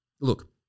Look